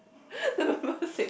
November six